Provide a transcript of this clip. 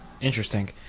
Interesting